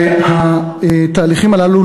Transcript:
והתהליכים הללו,